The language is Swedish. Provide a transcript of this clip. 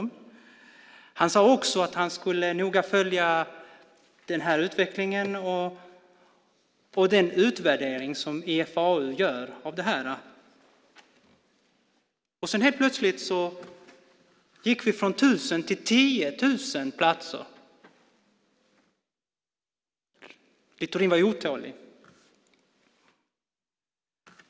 Han sade också att han noga skulle följa utvecklingen och den utvärdering av det här som IFAU gör. Sedan helt plötsligt gick det från 1 000 till 10 000 platser. Littorin var otålig.